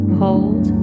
hold